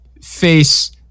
face